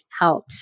out